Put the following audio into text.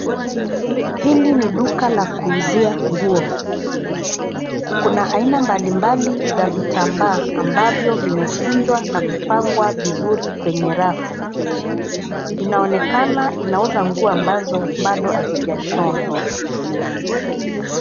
Hili ni duka la kuuzia nguo. Kuna aina mbalimbali za vitambaa ambavyo vimekunjwa na kupangwa vizuri kwenye rafu. Inaonekana inauza nguo ambazo bado hazijashonwa.